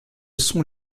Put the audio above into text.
sont